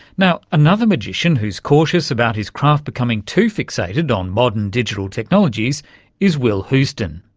now, another magician who's cautious about his craft becoming too fixated on modern digital technologies is will houstoun.